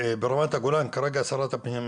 --- אתה היישוב היחידי שהגיש לוותמ"לית?